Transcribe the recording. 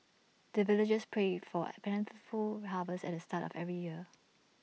the villagers pray for A plentiful harvest at the start of every year